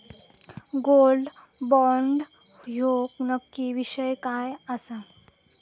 Gold bond ह्यो नक्की विषय काय आसा?